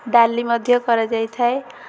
ଡାଲି ମଧ୍ୟ କରାଯାଇଥାଏ